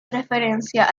referencia